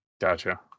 Gotcha